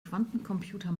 quantencomputer